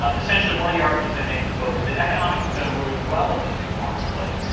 um essentially one of the arguments i make in the book is that economics has done really well in this new marketplace.